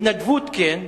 התנדבות, כן.